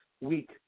week